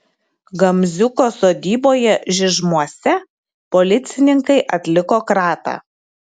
gamziuko sodyboje žižmuose policininkai atliko kratą